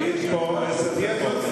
אותי את לא צריכה לשכנע,